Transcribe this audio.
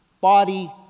body